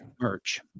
merch